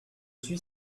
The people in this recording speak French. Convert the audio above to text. suis